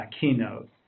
keynote